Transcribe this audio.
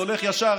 הולך ישר,